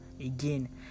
again